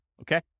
okay